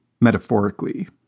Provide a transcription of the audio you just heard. metaphorically